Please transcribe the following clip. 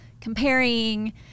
comparing